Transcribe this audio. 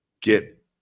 get